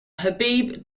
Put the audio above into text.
habib